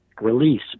release